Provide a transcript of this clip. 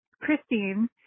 Christine